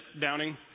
Downing